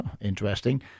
interesting